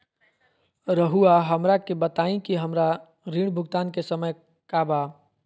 रहुआ हमरा के बताइं कि हमरा ऋण भुगतान के समय का बा?